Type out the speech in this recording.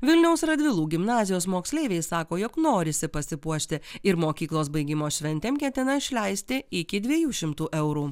vilniaus radvilų gimnazijos moksleiviai sako jog norisi pasipuošti ir mokyklos baigimo šventėm ketina išleisti iki dviejų šimtų eurų